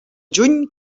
juny